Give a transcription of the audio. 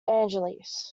angeles